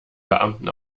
beamten